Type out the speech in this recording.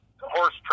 horse